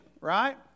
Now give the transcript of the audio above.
right